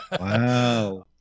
wow